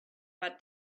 but